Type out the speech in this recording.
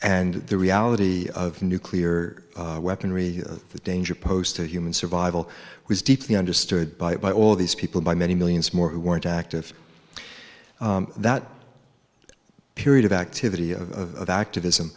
and the reality of nuclear weaponry the danger posed to human survival was deeply understood by all these people by many millions more who weren't active that period of activity of activism